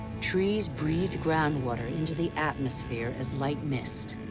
trees breathe groundwater into the atmosphere as light mist.